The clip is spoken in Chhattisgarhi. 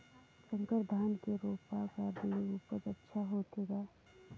संकर धान के रोपा करे ले उपज अच्छा होथे का?